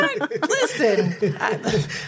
listen